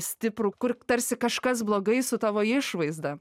stiprų kur tarsi kažkas blogai su tavo išvaizda